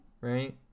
Right